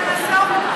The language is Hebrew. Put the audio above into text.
אתה יכול לנסות.